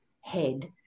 head